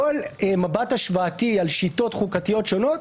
כל מבט השוואתי על שיטות חוקתיות שונות,